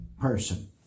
person